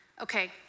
Okay